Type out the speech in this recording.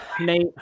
Nate